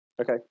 Okay